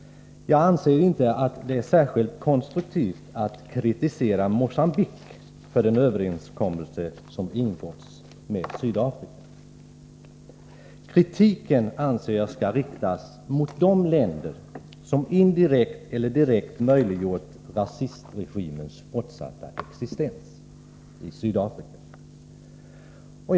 Jag anser inte att det är särskilt konstruktivt att kritisera Mogambique för överenskommelsen som ingåtts med Sydafrika. Jag anser att kritiken skall riktas mot de länder som direkt eller indirekt har möjliggjort rasistregimens fortsatta existens i Sydafrika.